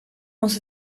was